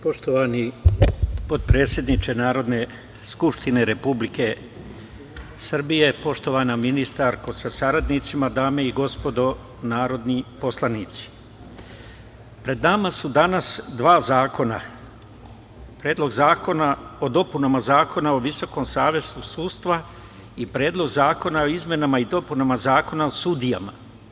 Poštovani potpredsedniče Narodne skupštine Republike Srbije, poštovana ministarko sa saradnicima, dame i gospodo narodni poslanici, pred nama su danas dva zakona, Predlog zakona o dopunama Zakona o Visokom savetu sudstva i Predlog zakona o izmenama i dopunama Zakona o sudijama.